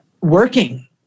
working